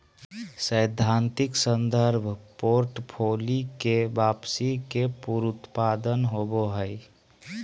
सैद्धांतिक संदर्भ पोर्टफोलि के वापसी के पुनरुत्पादन होबो हइ